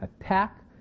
attack